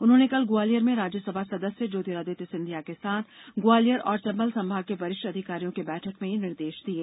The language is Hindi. उन्होंने कल ग्वालियर में राज्यसभा सदस्य ज्योतिरादित्य सिंधिया के साथ ग्वालियर और चंबल संभाग के वरिष्ठ अधिकारियों की बैठक में ये निर्देष दिये